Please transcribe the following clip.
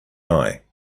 eye